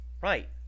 Right